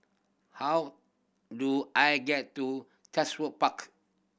how do I get to Park